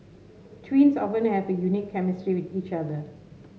twins often have a unique chemistry with each other